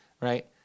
right